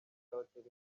telefone